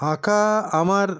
আঁকা আমার